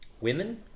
Women